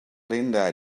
linda